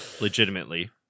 Legitimately